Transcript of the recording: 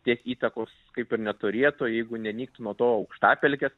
tiek įtakos kaip ir neturėtų jeigu nenyktų nuo to aukštapelkės